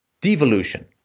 devolution